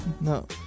No